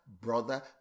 brother